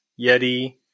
Yeti